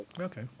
Okay